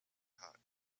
hot